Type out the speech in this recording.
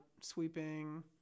sweeping